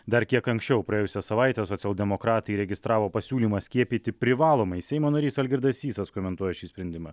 dar kiek anksčiau praėjusią savaitę socialdemokratai įregistravo pasiūlymą skiepyti privalomai seimo narys algirdas sysas komentuoja šį sprendimą